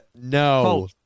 No